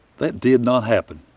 that did not happen.